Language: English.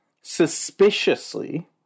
suspiciously